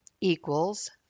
equals